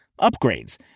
upgrades